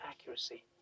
accuracy